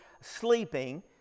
sleeping